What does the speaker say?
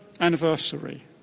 anniversary